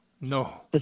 No